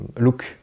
look